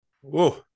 Whoa